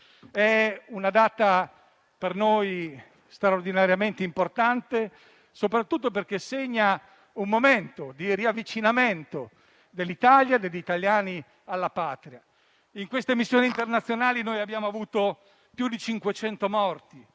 una data per noi straordinariamente importante, soprattutto perché segna un momento di riavvicinamento dell'Italia e degli italiani alla patria. In queste missioni internazionali abbiamo avuto più di 500 morti